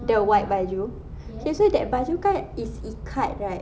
the white baju you see that baju kan is ikat right